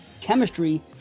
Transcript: chemistry